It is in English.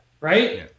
right